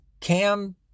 Cam